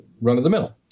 run-of-the-mill